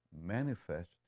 manifest